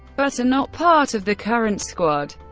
but are not part of the current squad.